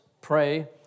pray